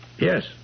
Yes